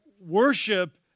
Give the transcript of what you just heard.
worship